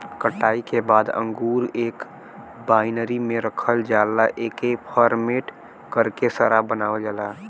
कटाई के बाद अंगूर एक बाइनरी में रखल जाला एके फरमेट करके शराब बनावल जाला